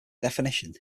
definition